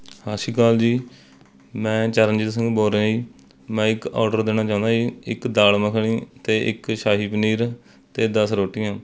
ਸਤਿ ਸ਼੍ਰੀ ਅਕਾਲ ਜੀ ਮੈਂ ਚਰਨਜੀਤ ਸਿੰਘ ਬੋਲ ਰਿਹਾ ਜੀ ਮੈਂ ਇੱਕ ਔਡਰ ਦੇਣਾ ਚਾਹੁੰਦਾ ਜੀ ਇੱਕ ਦਾਲ ਮੱਖਣੀ ਅਤੇ ਇੱਕ ਸ਼ਾਹੀ ਪਨੀਰ ਅਤੇ ਦਸ ਰੋਟੀਆਂ